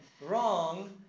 wrong